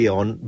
on